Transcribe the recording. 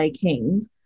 Kings